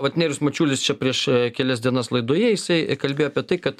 vat nerijus mačiulis čia prieš kelias dienas laidoje jisai kalbėjo apie tai kad